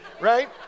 right